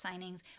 signings